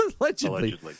Allegedly